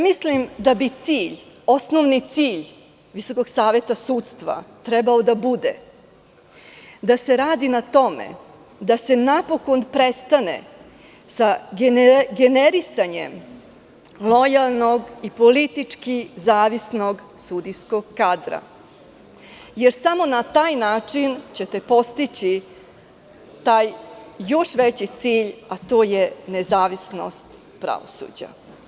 Mislim da bi osnovni cilj Visokog saveta sudstva trebao da bude da se radi na tome da se napokon prestane sa generisanjem lojalnog i politički zavisnog sudijskog kadra, jer ćete samo na taj način postići taj još veći cilj, a to je nezavisnost pravosuđa.